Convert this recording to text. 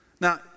Now